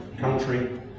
country